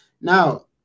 Now